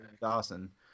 Dawson